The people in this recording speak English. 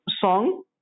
song